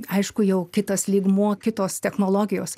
aišku jau kitas lygmuo kitos technologijos